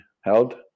held